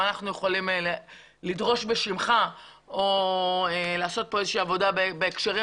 לדרוש בשמך או לעשות עבודה בהקשרים